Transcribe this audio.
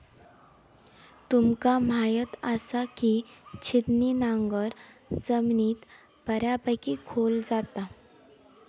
तुमका म्हायत आसा, की छिन्नी नांगर जमिनीत बऱ्यापैकी खोल जाता